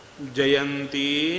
Jayanti